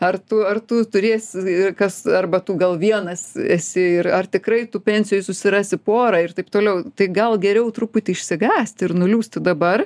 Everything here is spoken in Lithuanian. ar tu ar tu turėsi ir kas arba tu gal vienas esi ir ar tikrai tu pensijoj susirasi porą ir taip toliau tai gal geriau truputį išsigąsti ir nuliūsti dabar